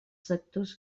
sectors